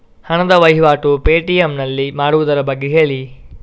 ಹಣದ ವಹಿವಾಟು ಪೇ.ಟಿ.ಎಂ ನಲ್ಲಿ ಮಾಡುವುದರ ಬಗ್ಗೆ ಹೇಳಿ